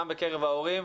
גם בקרב ההורים,